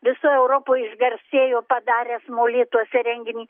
visoj europoj išgarsėjo padaręs molėtuose renginį